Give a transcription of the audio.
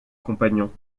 compagnon